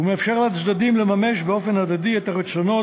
ומאפשר לצדדים לממש באופן הדדי את הרצונות